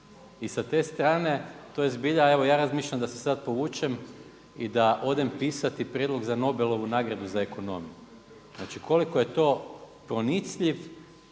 i sa te strane to je zbilja, evo ja razmišljam da se sad povučem i da odem pisati prijedlog za Nobelovu nagradu za ekonomiju. Znači koliko je to pronicljiv